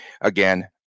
again